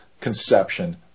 conception